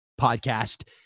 podcast